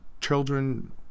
children